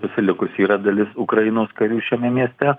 pasilikusi yra dalis ukrainos karių šiame mieste